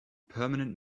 permanent